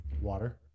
Water